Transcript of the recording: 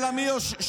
אלא מי שולט?